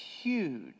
huge